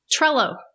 Trello